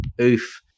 oof